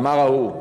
אמר ההוא: